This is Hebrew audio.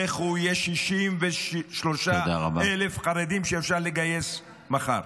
לכו, יש 63,000 חרדים שאפשר לגייס מחר.